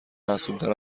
معصومتر